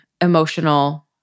emotional